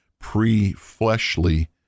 pre-fleshly